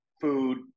food